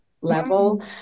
level